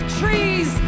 trees